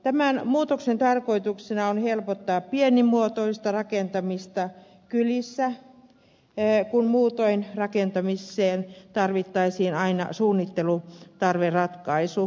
tämän muutoksen tarkoituksena on helpottaa pienimuotoista rakentamista kylissä kun muutoin rakentamiseen tarvittaisiin aina suunnittelutarveratkaisu